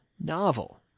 novel